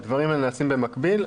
הדברים נעשים במקביל,